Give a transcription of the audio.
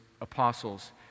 apostles